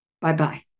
Bye-bye